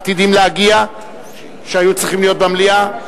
שהיו צריכים להיות במליאה,